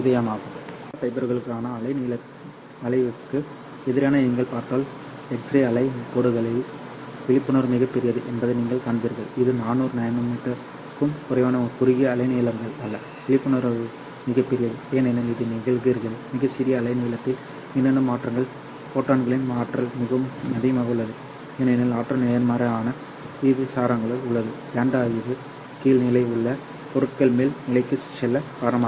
ஆனால் சிலிக்கா ஃபைபருக்கான அலை நீள வளைவுக்கு எதிராக நீங்கள் பார்த்தால் எக்ஸ்ரே அலை கோடுகளில் விழிப்புணர்வு மிகப் பெரியது என்பதை நீங்கள் காண்பீர்கள் இது 400nm க்கும் குறைவான குறுகிய அலைநீளங்கள் அல்ல விழிப்புணர்வு மிகப் பெரியது ஏனெனில் இது நிகழ்கிறது மிகச் சிறிய அலை நீளத்தில் மின்னணு மாற்றங்கள் ஃபோட்டான்களின் ஆற்றல் மிகவும் அதிகமாக உள்ளது ஏனெனில் ஆற்றல் நேர்மாறான விகிதாசாரத்தில் உள்ளது λ இது கீழ் நிலை உள்ள பொருட்கள் மேல் நிலைக்குச் செல்ல காரணமாகிறது